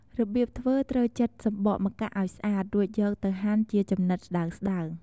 របៀបធ្វើត្រូវចិតសំបកម្កាក់ឱ្យស្អាត រួចយកទៅហាន់ជាចំណិតស្តើងៗ។